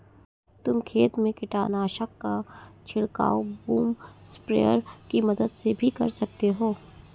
तुम खेत में कीटनाशक का छिड़काव बूम स्प्रेयर की मदद से भी कर सकते हो